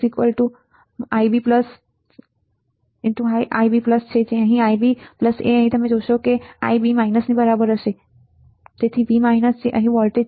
Ibઅહીં જશે Ib અહીં Ib હશે તેથી I1I2 તેથી V જે અહીં વોલ્ટેજ છે